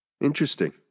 interesting